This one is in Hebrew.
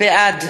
בעד